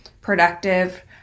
productive